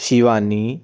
Shivani